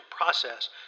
process